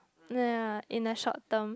ya in a short term